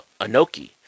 Anoki